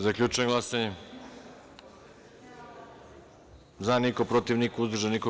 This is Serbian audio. Zaključujem glasanje: za – niko, protiv – niko, uzdržanih – nema.